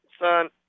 son